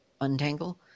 untangle